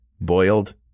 boiled